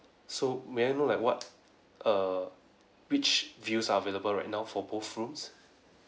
so may I know like what err which views are available right now for both rooms